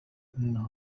إنه